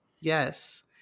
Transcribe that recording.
yes